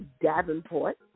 Davenport